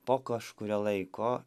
po kažkurio laiko